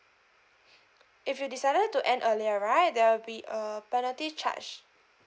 if you decided to end earlier right there will be a penalty charge